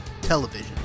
television